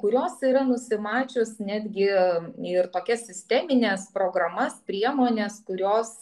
kurios yra nusimačios netgi ir tokias sistemines programas priemones kurios